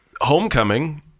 Homecoming